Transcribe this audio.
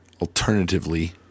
alternatively